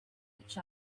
each